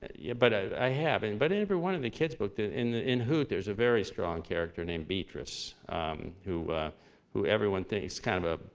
yeah but i have and, but, every one of the kids' books in the in hoot, there's a very strong character named beatrice who who everyone thinks, kind of a,